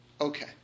Okay